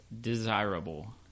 desirable